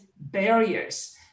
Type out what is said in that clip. barriers